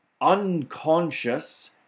unconscious